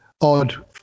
odd